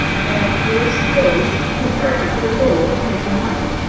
and your skills contribute to the goal of making money.